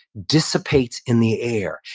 dissipates in the air.